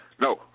No